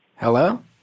hello